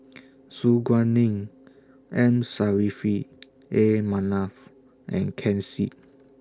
Su Guaning M Saffri A Manaf and Ken Seet